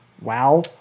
Wow